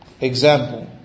Example